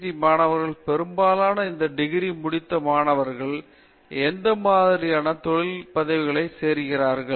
D மாணவர்கள் பெரும்பாலான இந்த டிகிரி முடித்த மாணவர்கள் எந்த மாதிரியான தொழில் நிலை பதவிகளில் சேருகிறார்கள்